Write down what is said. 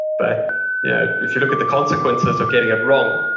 but yeah if you look at the consequences of getting it wrong,